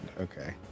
okay